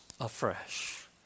afresh